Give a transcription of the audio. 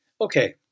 Okay